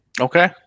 Okay